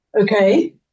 Okay